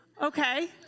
Okay